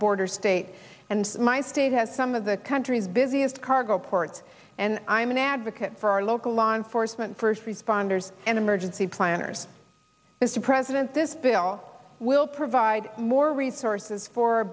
border state and my state has some of the country's busiest cargo ports and i'm an advocate for our local law enforcement first responders and emergency planners is the president this bill will provide more resources for